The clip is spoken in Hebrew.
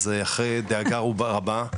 אז אחרי דאגה רבה,